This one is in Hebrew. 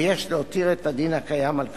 ויש להותיר את הדין הקיים על כנו.